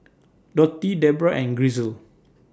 Dotty Debra and Grisel